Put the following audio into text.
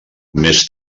més